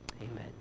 amen